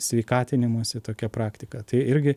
sveikatinimosi tokia praktika tai irgi